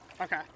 Okay